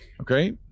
Okay